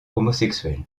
homosexuel